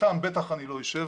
איתם בטח אני לא אשב,